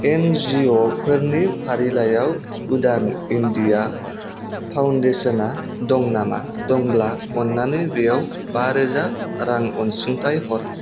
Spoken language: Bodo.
एनजिअफोरनि फारिलाइयाव उडान इन्डिया फाउन्डेसना दं नामा दंब्ला अन्नानै बेयाव बा रोजा रां अनसुंथाइ हर